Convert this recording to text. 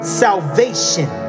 salvation